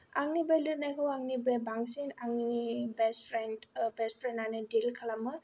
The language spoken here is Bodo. आंनि बे लिरनायखौ आंनिफ्राय बांसिन आंनि बेस्ट फ्रेन्ड बेस्ट फ्रेन्डआनो डिल खालामो